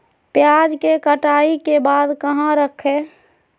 प्याज के कटाई के बाद कहा रखें?